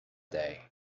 day